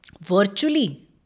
virtually